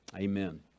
amen